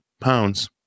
pounds